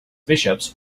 bishops